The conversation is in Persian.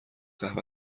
قهوه